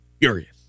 furious